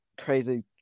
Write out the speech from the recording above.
crazy